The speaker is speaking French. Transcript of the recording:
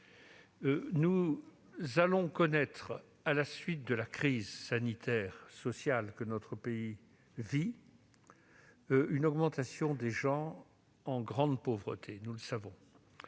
Nous allons connaître, à la suite de la crise sanitaire et sociale que notre pays vit, une multiplication des gens en grande pauvreté. La question